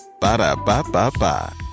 Ba-da-ba-ba-ba